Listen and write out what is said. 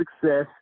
success